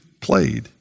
played